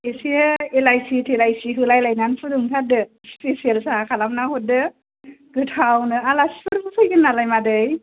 एसे एलायसि तेलायसि होलायलायनानै फुदुंथारदो स्पिसियेल साहा खालामना हरदो गोथावनो आलासिफोरबो फैगोन नालाय मादै